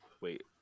Wait